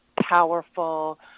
powerful